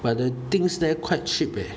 but the things there quite cheap leh